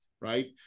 right